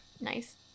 Nice